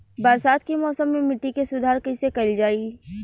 बरसात के मौसम में मिट्टी के सुधार कइसे कइल जाई?